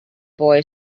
boy